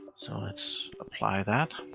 so let's apply that.